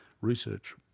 research